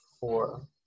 four